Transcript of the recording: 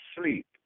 sleep